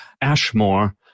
Ashmore